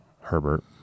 herbert